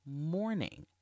morning